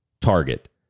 target